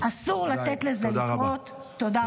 די, תודה רבה.